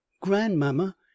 grandmamma